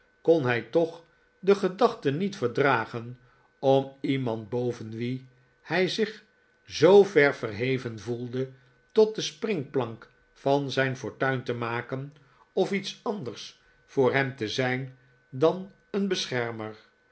kon hij toch de gedachte niet verdragen om iemand boven wien hij zich zoover yerheven voelde tot de springplank van zijn fortuin te maken of iets anders voor hem te zijn dan een beschermer